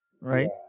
right